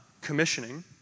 commissioning